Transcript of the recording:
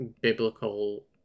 biblical